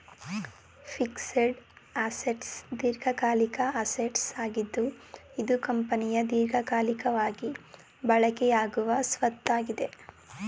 fixed assets ದೀರ್ಘಕಾಲಿಕ assets ಆಗಿದ್ದು ಇದು ಕಂಪನಿಯ ದೀರ್ಘಕಾಲಿಕವಾಗಿ ಬಳಕೆಯಾಗುವ ಸ್ವತ್ತಾಗಿದೆ